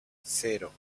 cero